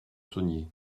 saunier